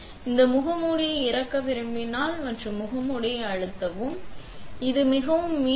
நீங்கள் ஒரு முகமூடியை இறக்க விரும்பினால் மாற்றம் முகமூடியை அழுத்தவும் அதை ஏற்றுவதற்கு இது மிகவும் ஒத்திருக்கிறது